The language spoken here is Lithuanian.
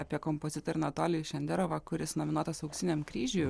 apie kompozitorių anatolijų šenderovą kuris nominuotas auksiniam kryžiui